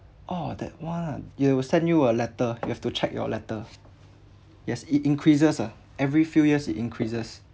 oh that one yeah will send you a letter you have to check your letter yes it increases ah every few years it increases